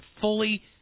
fully